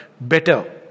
better